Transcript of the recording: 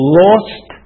lost